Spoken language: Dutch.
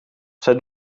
zij